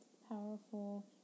powerful